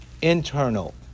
internal